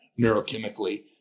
neurochemically